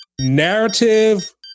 Narrative